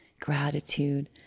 gratitude